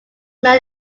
men